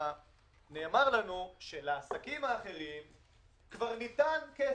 נאמר לנו שלעסקים אחרים כבר ניתן כסף,